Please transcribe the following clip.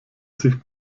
sich